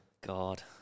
God